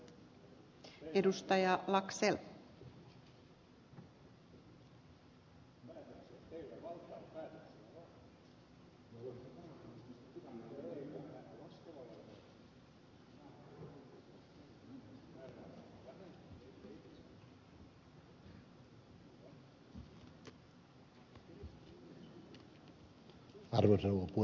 arvoisa rouva puhemies